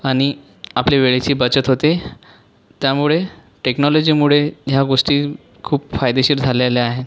आनि आपल्या वेळेची बचत होते त्यामुळे टेक्नॉलॉजीमुडे ह्या गोष्टी खूप फायदेशीर झालेल्या आहे